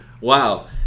Wow